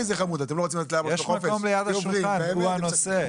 המעסיקים נושאים בעלויות ואני מאמינה שגם הם יתייחסו בהמשך.